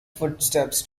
footsteps